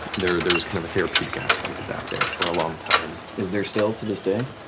there there was kind of a therapeutic aspect of that there for a long time. is there still to this day?